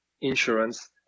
insurance